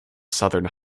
southern